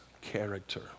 character